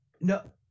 no